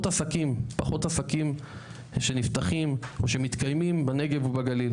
עסקים שנפתחים או שמתקיימים בנגב ובגליל,